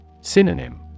Synonym